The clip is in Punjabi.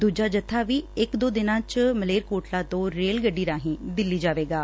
ਦੁਜਾ ਜੱਬਾ ਵੀ ਇਕ ਦੋ ਦਿਨਾਂ ਚ ਮਾਲੇਰ ਕੋਟਲਾ ਤੋਂ ਰੇਲ ਗੱਡੀ ਰਾਹੀਂ ਦਿੱਲੀ ਜਾਣਗੇ